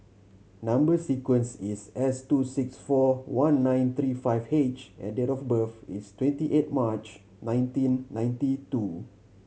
number sequence is S two six four one nine three five H and date of birth is twenty eight March nineteen ninety two